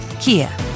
Kia